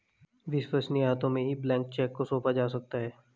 विश्वसनीय हाथों में ही ब्लैंक चेक को सौंपा जा सकता है